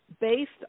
based